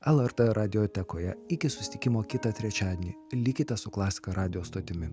lrt radiotekoje iki susitikimo kitą trečiadienį likite su klasika radijo stotimi